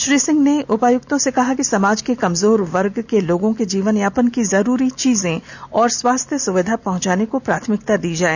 श्री सिंह ने उपायुक्तों से कहा कि समाज के कमर्जार वर्ग के लोगों के जीवन यापन की जरूरी चीजें और स्वास्थ्य सुविधा पहुंचाने को प्राथमिकता दें